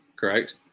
Correct